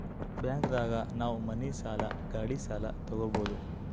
bank ದಾಗ ನಾವ್ ಮನಿ ಸಾಲ ಗಾಡಿ ಸಾಲ ತಗೊಬೋದು